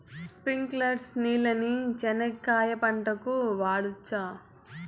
స్ప్రింక్లర్లు నీళ్ళని చెనక్కాయ పంట కు వాడవచ్చా?